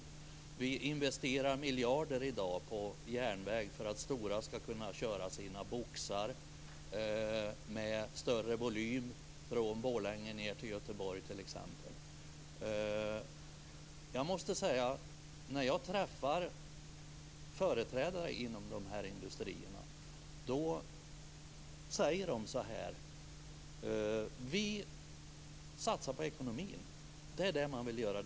Vi vill investera miljarder i dag i järnvägar för att Stora t.ex. ska kunna köra sina boxar med större volym från Borlänge till Göteborg. När jag träffar företrädare för dessa industrier säger de så här: Vi satsar på ekonomin. Det är det man vill göra.